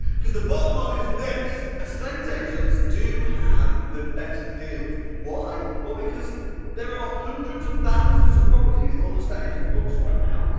cause the bottom line is this. estate agents do have the best deals. why? well, because there are hundreds of thousands of properties on estate agents' books right now,